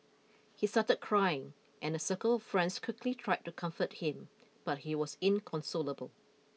he started crying and a circle of friends quickly tried to comfort him but he was inconsolable